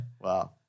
Wow